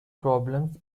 problems